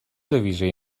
ویژه